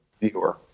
viewer